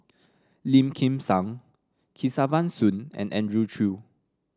Lim Kim San Kesavan Soon and Andrew Chew